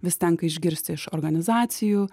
vis tenka išgirsti iš organizacijų